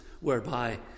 whereby